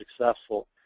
successful